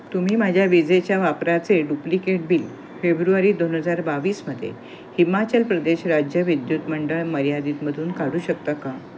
तुम्ही माझ्या विजेच्या वापराचे डुप्लिकेट बिल फेब्रुवारी दोन हजार बावीसमध्ये हिमाचल प्रदेश राज्य विद्युत मंडळ मर्यादितमधून काढू शकता का